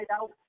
out